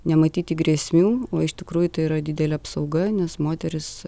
nematyti grėsmių o iš tikrųjų tai yra didelė apsauga nes moterys